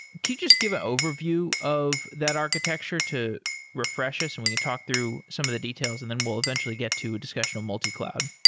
can you just give an overview of that architecture to refresh us so and we can talk through some of the details and then we'll eventually get to discussion on multi-cloud?